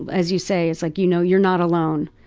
as you say, it's like, you know, you're not alone.